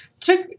took